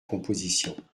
composition